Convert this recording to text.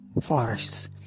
Forests